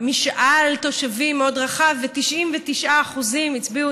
הגישה צריכה